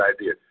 idea